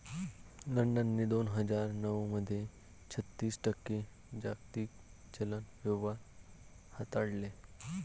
लंडनने दोन हजार नऊ मध्ये छत्तीस टक्के जागतिक चलन व्यवहार हाताळले